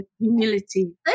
humility